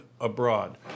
abroad